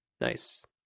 Nice